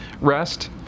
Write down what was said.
rest